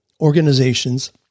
organizations